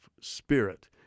spirit